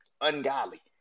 ungodly